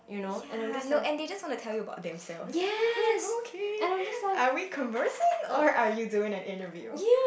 ya no and they just want to tell them about themselves like okay are we conversing or are you doing an interview